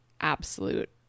absolute